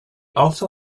also